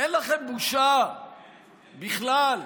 אין לכם בושה בכלל?